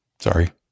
Sorry